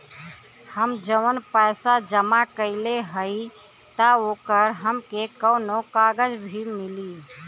हम जवन पैसा जमा कइले हई त ओकर हमके कौनो कागज भी मिली?